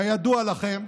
כידוע לכם,